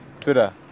Twitter